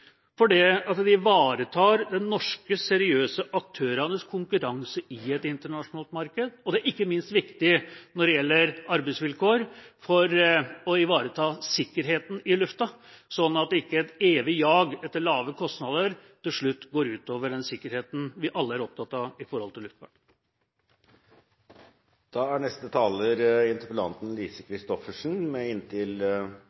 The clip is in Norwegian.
det ivaretar norske seriøse aktørers konkurranse i et internasjonalt marked. Og det er ikke minst viktig når det gjelder arbeidsvilkår for å ivareta sikkerheten i lufta, sånn at ikke et evig jag etter lave kostnader til slutt går ut over den sikkerheten vi alle er opptatt av i luftfarten. Jeg vil takke for debatten. Jeg synes det er